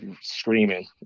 screaming